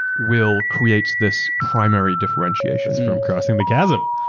will create this primary differentiation. from crossing the chasm.